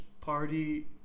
party